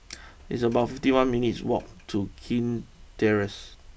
it's about fifty one minutes' walk to Kew Terrace